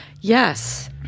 Yes